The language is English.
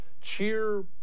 cheer